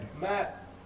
Matt